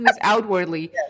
outwardly